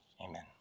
amen